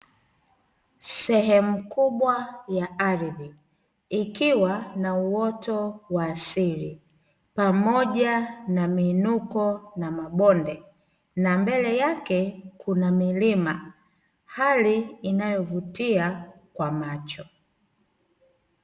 Sehemu kubwa ya ardhi, ikiwa na uoto wa asili pamoja na miinuko na mabonde na mbele yake kuna milima, hali inayovutia kwa macho.